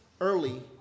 early